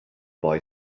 boy